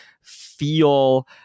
feel